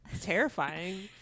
terrifying